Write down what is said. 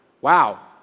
Wow